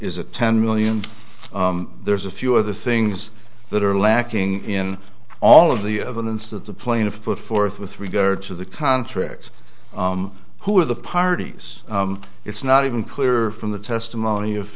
is it ten million there's a few other things that are lacking in all of the evidence that the plaintiff put forth with regard to the contract who were the parties it's not even clear from the testimony